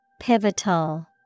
Pivotal